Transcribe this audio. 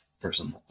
person